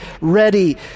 ready